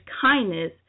kindness